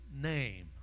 name